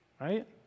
right